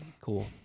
Cool